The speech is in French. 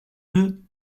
deux